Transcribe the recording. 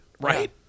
Right